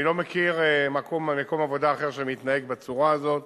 אני לא מכיר מקום עבודה אחר שמתנהג בצורה הזאת.